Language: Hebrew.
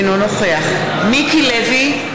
אינו נוכח מיקי לוי,